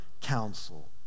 counsel